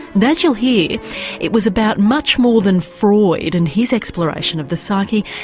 and as you'll hear it was about much more than freud and his exploration of the psyche,